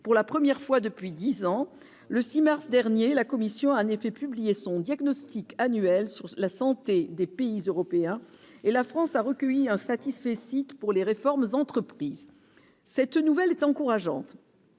pour la première fois depuis 10 ans, le 6 mars dernier la commission a en effet publié son diagnostic annuel sur la santé des pays européens et la France a recueilli un satisfecit pour les réformes entreprises, cette nouvelle est encourageante.